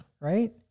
Right